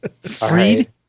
freed